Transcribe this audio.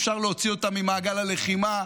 שאפשר להוציא אותם ממעגל הלחימה,